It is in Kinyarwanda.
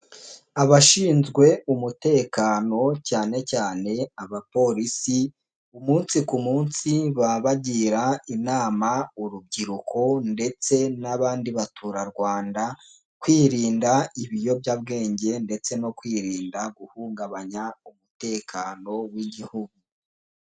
Abashinzwe umutekano cyane cyane abapolisi umunsi ku munsi baba bagira inama urubyiruko ndetse n'abandi baturarwanda, kwirinda ibiyobyabwenge ndetse no kwirinda guhungabanya umutekano w'Igihugu.